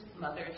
mothers